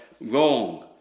wrong